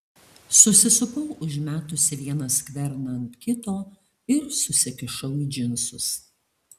susisupau užmetusi vieną skverną ant kito ir susikišau į džinsus